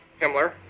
Himmler